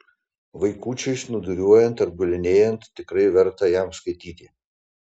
vaikučiui snūduriuojant ar gulinėjant tikrai verta jam skaityti